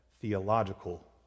theological